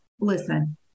listen